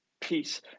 peace